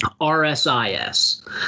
RSIS